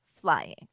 flying